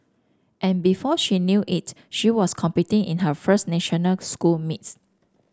and before she knew it she was competing in her first national school meets